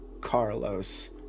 Carlos